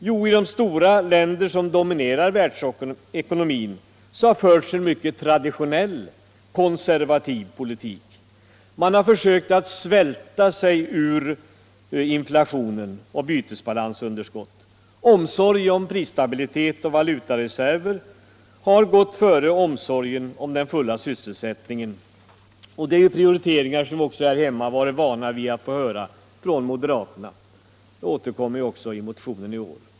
Jo, i de stora länder som dominerar världsekonomin har det förts en mycket traditionell konservativ politik. Man har försökt svälta sig ur inflation och bytesbalansunderskott. Omsorgen om prisstabiliteten och valutareserven har gått före omsorgen om den fulla sysselsättningen. Det är prioriteringar som vi också här hemma har varit vana att höra från moderaterna — de återkommer också i motionen i år.